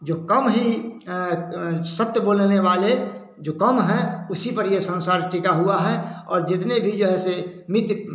जो कम ही सत्य बोलने वाले जो कम है उसी पर यह संसार टिका हुआ है और जितने भी जो हैं से मित्त